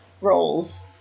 roles